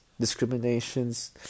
discriminations